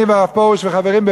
אני והרב פרוש וחברים,